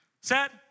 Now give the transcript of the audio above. set